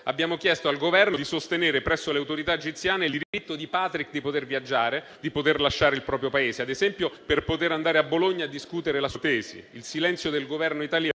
abbiamo chiesto al Governo di sostenere presso le autorità egiziane il diritto di Patrick di poter viaggiare, di poter lasciare il proprio Paese, ad esempio, per poter andare a Bologna a discutere la sua tesi